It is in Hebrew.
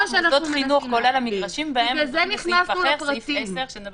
כמו חבר הכנסת סגלוביץ' אני שומע